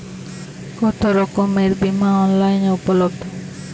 কতোরকমের বিমা অনলাইনে উপলব্ধ?